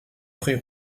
fruits